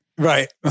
Right